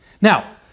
Now